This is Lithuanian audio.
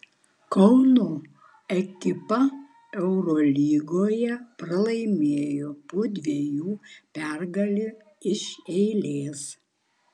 kauno ekipa eurolygoje pralaimėjo po dviejų pergalių iš eilės